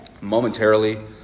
Momentarily